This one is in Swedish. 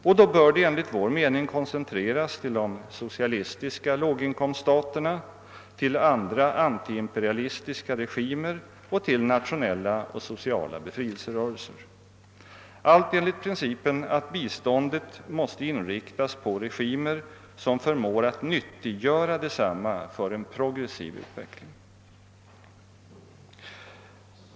Och då bör det enligt vår mening koncentreras till de socialistiska låginkomststaterna, till andra antiimperialistiska regimer och till nationella och sociala befrielserörelser — allt enligt principen att biståndet skall inriktas på regimer som förmår nyttiggöra detsamma för en progressiv utveckling.